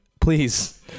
please